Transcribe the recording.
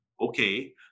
Okay